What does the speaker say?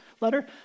letter